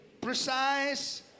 precise